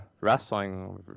wrestling